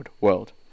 world